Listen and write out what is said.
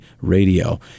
radio